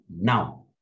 now